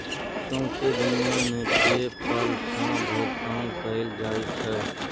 सौंसे दुनियाँ मे पे पल सँ भोगतान कएल जाइ छै